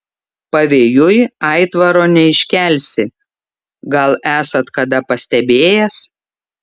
pavėjui aitvaro neiškelsi gal esat kada pastebėjęs